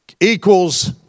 equals